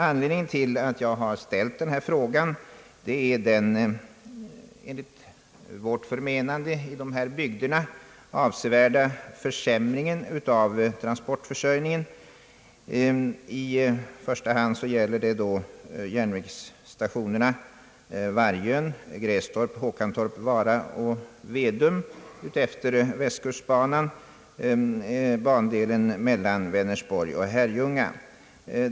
Anledningen till att jag ställde denna fråga är den enligt vårt förmenande i dessa bygder avsevärda försämringen av transportförsörjningen. I första hand gäller det järnvägsstationerna Vargön, Grästorp, Håkantorp, Vara och Vedum utefter Västkustbanan på bandelen mellan Vänersborg och Herrljunga.